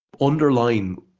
underline